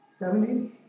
70s